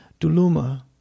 Duluma